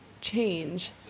change